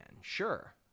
Sure